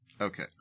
Okay